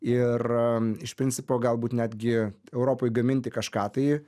ir iš principo galbūt netgi europoj gaminti kažką tai